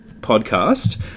podcast